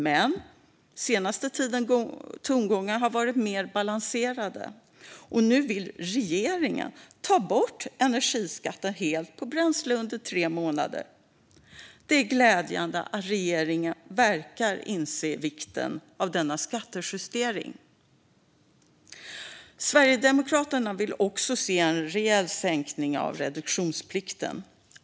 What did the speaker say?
Men den senaste tidens tongångar har varit mer balanserade, och nu vill regeringen ta bort energiskatten helt på bränsle under tre månader. Det är glädjande att regeringen verkar inse vikten av denna skattejustering. Sverigedemokraterna vill också se en rejäl sänkning av reduktionsplikten.